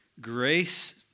grace